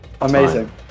Amazing